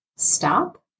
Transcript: stop